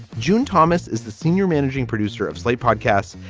june thomas is the senior managing producer of slate podcasts.